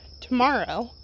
tomorrow